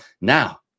Now